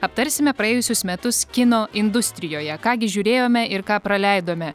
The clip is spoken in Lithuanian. aptarsime praėjusius metus kino industrijoje ką gi žiūrėjome ir ką praleidome